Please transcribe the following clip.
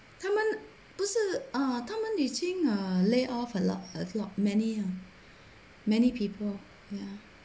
他们不是 uh 他们已经 uh lay off a lot a lot many uh many people ya